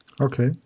Okay